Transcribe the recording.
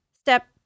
Step